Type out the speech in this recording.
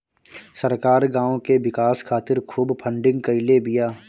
सरकार गांव के विकास खातिर खूब फंडिंग कईले बिया